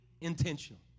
intentional